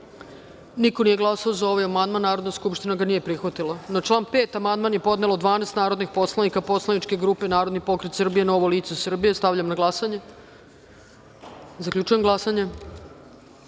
niko nije glasao za ovaj amandman. Narodna skupština ga nije prihvatila. Na član 5. amandman je podnelo 12. narodnih poslanika poslaničke grupe Narodni pokret Srbije – Novo lice Srbije. Stavljam na glasanje. Zaključujem glasanje: